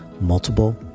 multiple